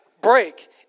break